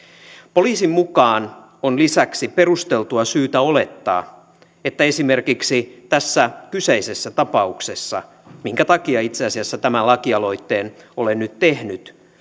poliisin mukaan on lisäksi perusteltua syytä olettaa että esimerkiksi tässä kyseisessä tapauksessa minkä takia itse asiassa tämän lakialoitteen olen nyt tehnyt